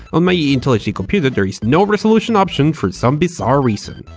on my intelhd computer there is no resolution option for some bizarre reason.